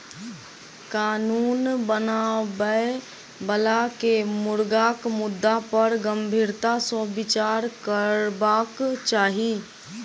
कानून बनाबय बला के मुर्गाक मुद्दा पर गंभीरता सॅ विचार करबाक चाही